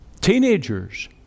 teenagers